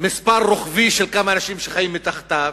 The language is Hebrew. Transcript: מספר רוחבי של כמה אנשים שחיים מתחתיו,